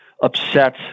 upset